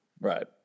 Right